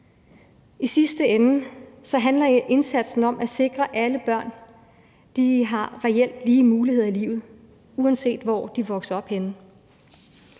I sidste ende handler indsatsen om at sikre, at alle børn reelt har lige muligheder i livet, uanset hvor de vokser op henne.